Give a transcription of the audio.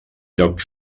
lloc